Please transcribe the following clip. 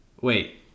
Wait